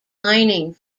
mining